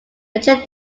notre